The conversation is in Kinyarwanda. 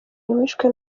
wishwe